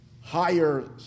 higher